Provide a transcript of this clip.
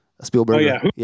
Spielberg